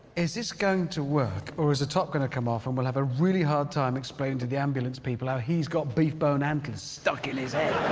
is this going to work or is the top gonna come off and we'll have a really hard time explaining to the ambulance people how he's got beef bone um antlers stuck in his head?